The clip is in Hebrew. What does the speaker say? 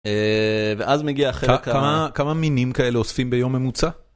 ואז מגיע חלק מה... כמה מינים כאלה אוספים ביום ממוצע?